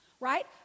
right